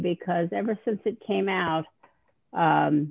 because ever since it came out